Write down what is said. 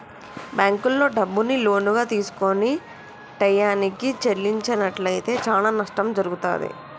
బ్యేంకుల్లో డబ్బుని లోనుగా తీసుకొని టైయ్యానికి చెల్లించనట్లయితే చానా నష్టం జరుగుతాది